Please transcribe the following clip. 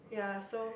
ya so